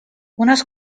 unas